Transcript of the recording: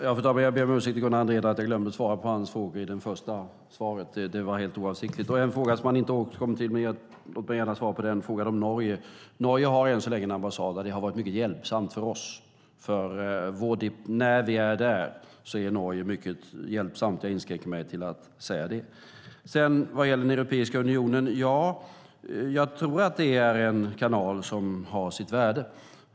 Fru talman! Jag ber Gunnar Andrén om ursäkt för att jag glömde att svara på hans frågor. Det var helt oavsiktligt. Låt mig gärna svara på en fråga som han inte återkom till, nämligen den om Norge. Norge har än så länge en ambassad och det har varit till stor hjälp för oss. När vi är där är Norge mycket hjälpsamt. Jag inskränker mig till att säga det. Vad gäller Europeiska unionen tror jag att det är en kanal som har sitt värde.